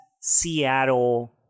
Seattle